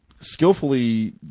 skillfully